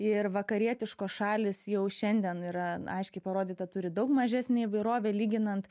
ir vakarietiškos šalys jau šiandien yra aiškiai parodyta turi daug mažesnę įvairovę lyginant